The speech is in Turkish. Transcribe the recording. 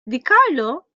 dicarlo